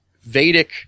Vedic